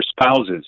spouses